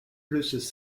produces